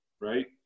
right